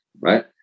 right